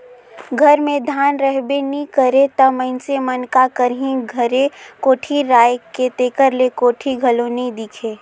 घर मे धान रहबे नी करे ता मइनसे मन का करही घरे कोठी राएख के, तेकर ले कोठी घलो नी दिखे